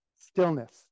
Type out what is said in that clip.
stillness